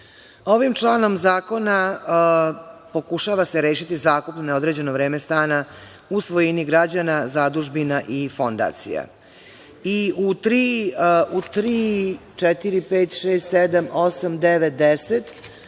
Ovim članom zakona pokušava se rešiti zakup na određeno vreme stana u svojini građana, zadužbina i fondacija.